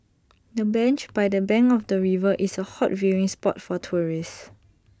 the bench by the bank of the river is A hot viewing spot for tourists